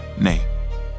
nay